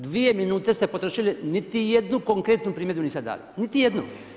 Dvije minute ste potrošili, niti jednu konkretnu primjedbu niste dali, niti jednu.